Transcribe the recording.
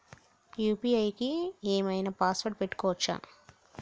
UPI కి ఏం ఐనా పాస్వర్డ్ పెట్టుకోవచ్చా?